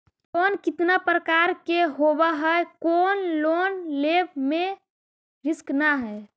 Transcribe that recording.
Loan कितना प्रकार के होबा है कोन लोन लेब में रिस्क न है?